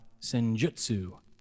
Senjutsu